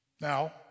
Now